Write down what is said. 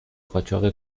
قاچاق